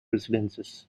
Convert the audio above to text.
residences